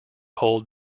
hold